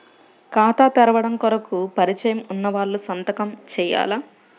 ఖాతా తెరవడం కొరకు పరిచయము వున్నవాళ్లు సంతకము చేయాలా?